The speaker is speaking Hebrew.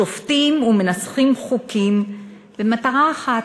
שופטים ומנסחים חוקים במטרה אחת,